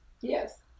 Yes